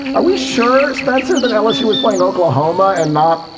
are we sure? spencer, that lsu was playing oklahoma and not,